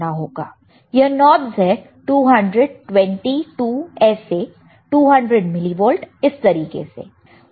यह नॉबस है 200 20 2 ऐसे 200 मिलीवोल्ट इस तरीके से